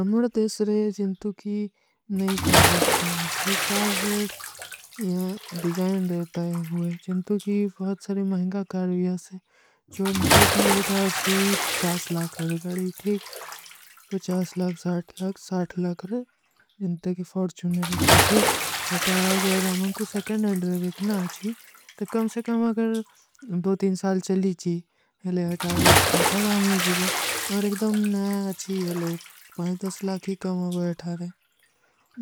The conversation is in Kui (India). ଅମର ଦେସରେ ଜିନ୍ତୁ କୀ ନଈ କାର୍ଜର କୀମତ ହୈ। କାର୍ଜର ଯହାଁ ଡିଜାଇନ ଦେତା ହୈ ହୁଏ। ଜିନ୍ତୁ କୀ ଫୋଟ ସରେ ମହେଂଗା କାରଵିଯାସ ହୈ। ଜୋ ନିତା କୀ ହୈ ଥା ଅଚ୍ଛୀ ପୁଛାସ ଲାକର ଗଡୀ ଠୀକ। ପୁଛାସ ଲାକ, ସାଥ ଲାକ, ସାଥ ଲାକ ରହେ ହୈଂ। ଜିନ୍ତୁ କୀ ଫୋଟ ସରେ ମହେଂଗା କାରଵିଯାସ ହୈ ଠୀକ। ହିଟା ଅଗର ଆମନ କୋ ସେକେଂଟ ଅଂଡର ବିଖନା ହୈ। ତୋ କମ ସେ କମ ଅଗର ସାଲ ଚଲୀଚୀ। ହିଲେ ହିଟା ଆତା ଦାମ ହୀ ଜୀବା। ଔର ଏକଡମ ନଏ ହୈଂ ଅଚ୍ଛୀ ହିଲେ, ପୁଛାସ ଲାକ, ସାଥ ଲାକ, ସାଥ ଲାକ ରହେ ହୈଂ।